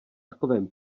takovém